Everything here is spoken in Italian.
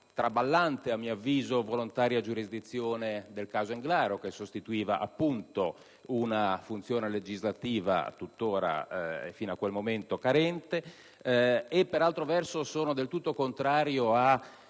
traballante, a mio avviso, volontaria giurisdizione del caso Englaro che sostituiva, appunto, una funzione legislativa tuttora e fino a quel momento carente. Per altro verso sono del tutto contrario a